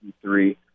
three